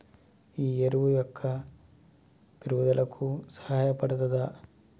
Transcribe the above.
ఈ ఎరువు మొక్క పెరుగుదలకు సహాయపడుతదా?